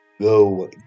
go